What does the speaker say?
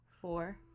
Four